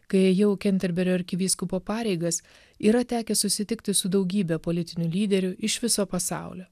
kai ėjau kenterberio arkivyskupo pareigas yra tekę susitikti su daugybe politinių lyderių iš viso pasaulio